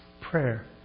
prayer